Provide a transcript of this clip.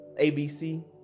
ABC